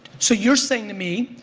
so you're saying to me,